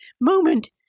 moment